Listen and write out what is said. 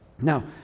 Now